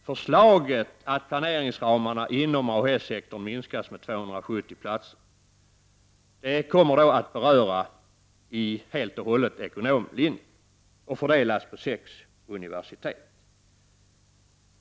Förslaget att planeringsramarna inom AES-sektorn skall minskas med 270 platser kommer att beröra ekonomlinjen helt och hållet, och minskningen fördelas på sex universitet.